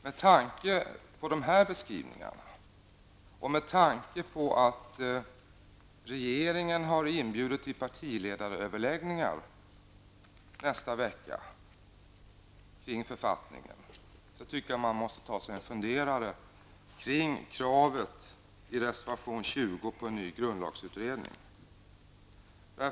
Med tanke på de här beskrivningarna och med tanke på att regeringen har inbjudit till partiledaröverläggningar kring författningen i nästa vecka, tycker jag att man måste ta sig en funderare på kravet i reservation 20 om en ny grundlagsutredning.